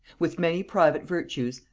with many private virtues,